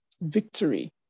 victory